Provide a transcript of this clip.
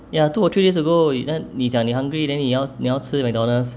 ya two or three days ago 你你讲你 hungry then 你要你要吃 mcdonald's